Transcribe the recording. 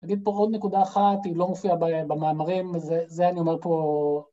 נגיד פה עוד נקודה אחת, היא לא מופיעה במאמרים, זה אני אומר פה...